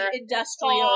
industrial